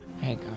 Hey